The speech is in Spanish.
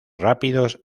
rápidos